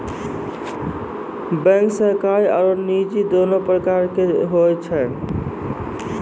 bank सरकारी आरो निजी दोनो प्रकार के होय छै